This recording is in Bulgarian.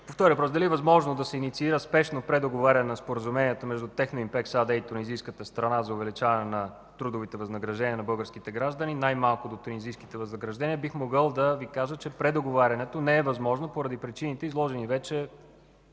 въпрос – дали е възможно да се инициира спешно предоговаряне на споразуменията между „Техноимпекс” АД и тунизийската страна – за увеличаване на трудовите възнаграждения на българските граждани най-малко до тунизийските възнаграждения, бих могъл да Ви кажа, че предоговарянето не е възможно поради причините, изложени вече